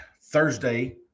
Thursday